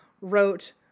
wrote